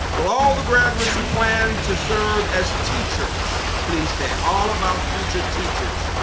would all the graduates who plan to serve as teachers please stand? all of our future teachers?